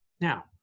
Now